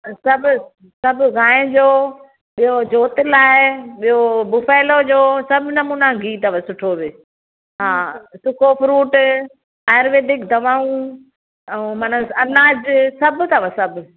सभु सभु गांइ जो ॿियो जोति लाइ ॿियो बुफैलो जो सभु नमूना घी अथव सुठो बि हा सुको फ्रुट आयुर्वेदिक दवाऊं अऊं माना अनाजु सभु अथव सभु